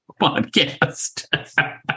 podcast